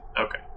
okay